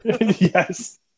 Yes